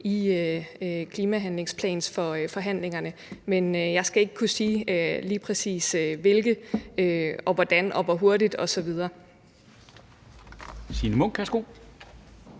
i klimahandlingsplansforhandlingerne. Men jeg skal ikke kunne sige lige præcis hvilke og hvordan og hvor hurtigt osv.